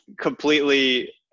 completely